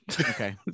Okay